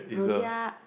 rojak